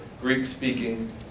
Greek-speaking